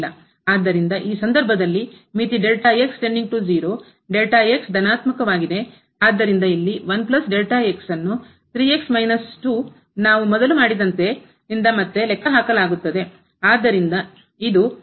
ಆದ್ದರಿಂದ ಈ ಸಂದರ್ಭದಲ್ಲಿ ಮಿತಿ ಧನಾತ್ಮಕವಾಗಿದೆ ಆದ್ದರಿಂದ ಇಲ್ಲಿ ನಿಂದ ಮತ್ತೆ ಲೆಕ್ಕಹಾಕಲಾಗುತ್ತದೆ